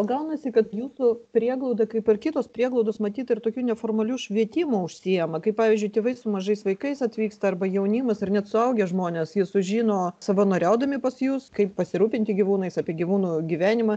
gaunasi kad jūsų prieglauda kaip ir kitos prieglaudos matyt ir tokiu neformaliu švietimu užsiima kaip pavyzdžiui tėvai su mažais vaikais atvyksta arba jaunimas ar net suaugę žmonės jie sužino savanoriaudami pas jus kaip pasirūpinti gyvūnais apie gyvūnų gyvenimą